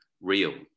real